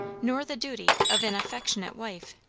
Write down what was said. nor the duty of an affectionate wife.